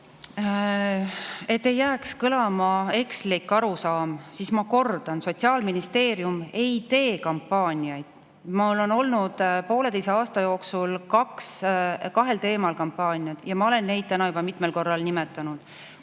Et ei jääks kõlama ekslik arusaam, siis ma kordan: Sotsiaalministeerium ei tee kampaaniaid. Meil on olnud pooleteise aasta jooksul kahel teemal kampaaniad ja ma olen neid täna juba mitmel korral nimetanud. Kui